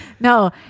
No